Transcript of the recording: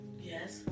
Yes